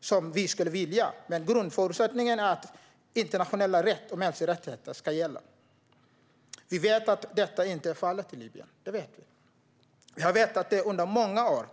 som vi skulle vilja, men grundförutsättningen är att internationell rätt och mänskliga rättigheter ska gälla." Vi vet att detta inte är fallet i Libyen, och vi har vetat det under många år.